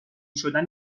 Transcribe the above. شدن